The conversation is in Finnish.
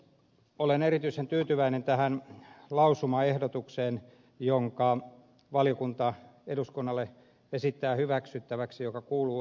olen erityisen tyytyväinen tähän lausumaehdotukseen jonka valiokunta eduskunnalle esittää hyväksyttäväksi ja joka kuuluu seuraavasti